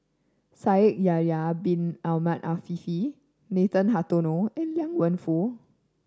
Shaikh Yahya Bin Ahmed Afifi Nathan Hartono and Liang Wenfu